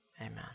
Amen